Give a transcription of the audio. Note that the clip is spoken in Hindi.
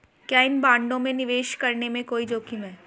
क्या इन बॉन्डों में निवेश करने में कोई जोखिम है?